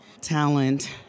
talent